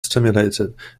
stimulated